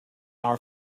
our